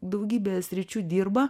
daugybėje sričių dirba